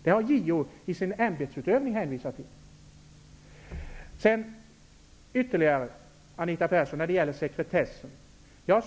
När det gäller sekretessen sade jag att den frågan kommer att lösas